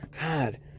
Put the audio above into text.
god